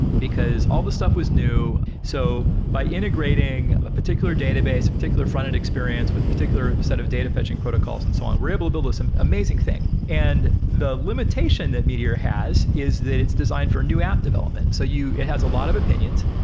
because all the stuff was new. so by integrating a particular database, a particular fronted experience with particular set of data fetching protocols and so on, we're able to build this and amazing thing. and the limitation that meteor has is that it's designed for new app development. so it has a lot of opinions.